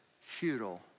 futile